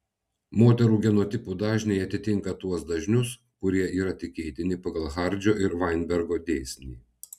moterų genotipų dažniai atitinka tuos dažnius kurie yra tikėtini pagal hardžio ir vainbergo dėsnį